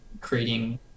creating